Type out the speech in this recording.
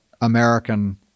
American